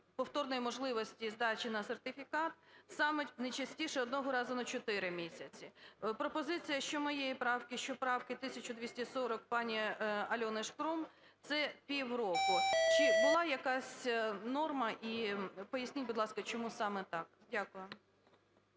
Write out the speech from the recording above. повторної можливості здачі на сертифікат саме не частіше одного разу на чотири місяці? Пропозиція що моєї правки, що правки 1240 пані Альони Шкрум – це півроку. Чи була якась норма? І поясніть, будь ласка, чому саме так. Дякую.